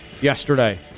yesterday